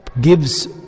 gives